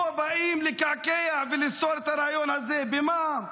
פה באים לקעקע ולסתור את הרעיון הזה, במה?